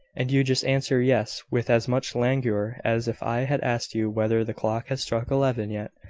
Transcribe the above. and you just answer yes, with as much languor as if i had asked you whether the clock has struck eleven yet!